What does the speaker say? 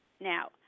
now